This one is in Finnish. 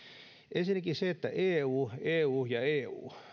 ensinnäkin se että eu eu ja eu